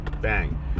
Bang